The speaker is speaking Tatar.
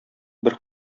бер